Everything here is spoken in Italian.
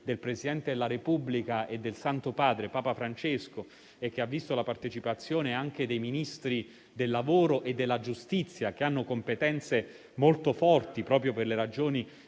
del Presidente della Repubblica e del Santo Padre, Papa Francesco, e che ha visto la partecipazione anche dei Ministri del lavoro e della giustizia, che hanno competenze molto forti proprio per le ragioni